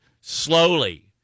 slowly